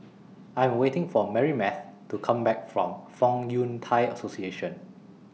I Am waiting For Marybeth to Come Back from Fong Yun Thai Association